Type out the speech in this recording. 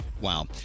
Wow